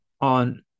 on –